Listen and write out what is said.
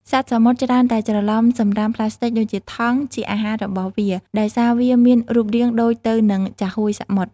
សត្វសមុទ្រច្រើនតែច្រឡំសំរាមប្លាស្ទិកដូចជាថង់ ជាអាហាររបស់វាដោយសារវាមានរូបរាងដូចទៅនឹងចាហួយសមុទ្រ។